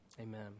amen